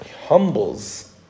humbles